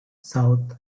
south